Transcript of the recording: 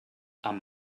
amb